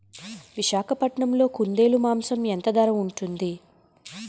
విశాఖపట్నంలో కుందేలు మాంసం ఎంత ధర ఉంటుంది?